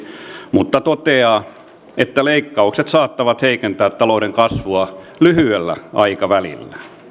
mutta toteaa että leikkaukset saattavat heikentää talouden kasvua lyhyellä aikavälillä